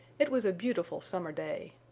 it was a beautiful summer day.